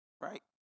Right